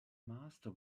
master